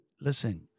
listen